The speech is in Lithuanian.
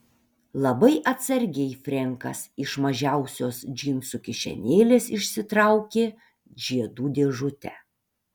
labai atsargiai frenkas iš mažiausios džinsų kišenėlės išsitraukė žiedų dėžutę